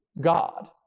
God